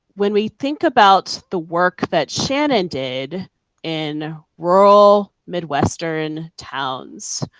when we think about the work that shannon did in rural midwestern towns,